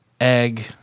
egg